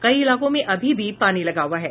कई इलाकों में अभी भी पानी लगा हुआ है